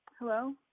Hello